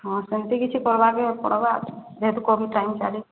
ହଁ ସେମ୍ତି କିଛି କର୍ବାକେ ପଡ଼୍ବା ଯେହେତୁ କୋଭିଡ଼ ଟାଇମ୍ ଚାଲିଛି